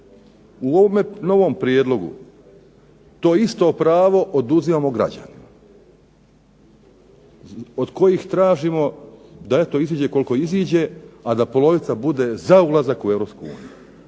U ovome novome prijedlogu to isto pravo oduzimamo građanima od kojih tražimo da eto iziđe koliko iziđe, a da polovica bude za ulazak u